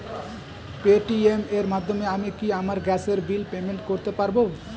Paytm এর মাধ্যমে আমি কি আমার গ্যাসের বিল পেমেন্ট করতে পারব?